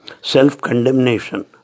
Self-condemnation